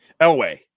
Elway